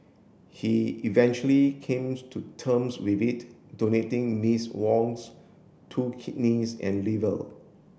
he eventually to terms with it donating Ms Wong's two kidneys and liver